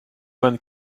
vingt